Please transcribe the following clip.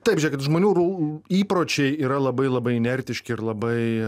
taip žiūrėkit žmonių įpročiai yra labai labai inertiški ir labai